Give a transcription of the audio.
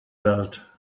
belt